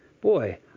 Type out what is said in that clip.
boy